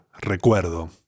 recuerdo